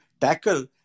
tackle